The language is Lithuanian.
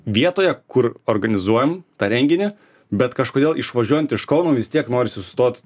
vietoje kur organizuojam tą renginį bet kažkodėl išvažiuojant iš kauno vis tiek norisi sustot